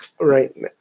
Right